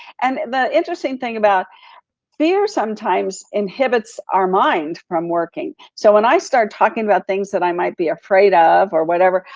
and the interesting thing about fear sometimes inhibits our mind from working. so when i start talking about things that i might be afraid of, or whatever,